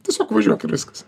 tiesiog važiuok ir viskas